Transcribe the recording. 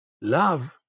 love